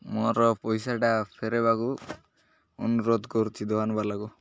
ମୋର ପଇସାଟା ଫେରାଇବାକୁ ଅନୁରୋଧ କରୁଛି ଦୋକାନବାଲାକୁ